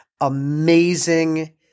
amazing